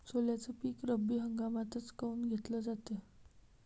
सोल्याचं पीक रब्बी हंगामातच काऊन घेतलं जाते?